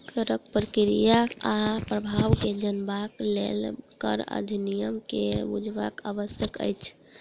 करक प्रक्रिया आ प्रभाव के जनबाक लेल कर अधिनियम के बुझब आवश्यक अछि